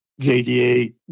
jda